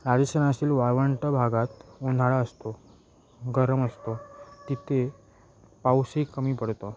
राजस्थानातील वाळवंट भागात उन्हाळा असतो गरम असतो तिथे पाऊसही कमी पडतो